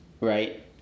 right